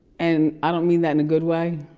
and i don't mean that in a good way.